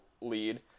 lead